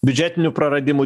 biudžetinių praradimų